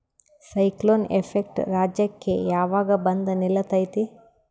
Cyclone effect ರಾಜ್ಯಕ್ಕೆ ಯಾವಾಗ ಬಂದ ನಿಲ್ಲತೈತಿ?